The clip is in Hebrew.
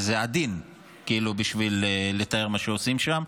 מכונות הרבעה, זה עדין בשביל לתאר מה שעושים שם.